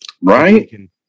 Right